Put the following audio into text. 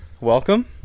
welcome